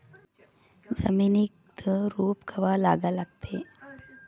जमिनीत रोप कवा लागा लागते?